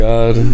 God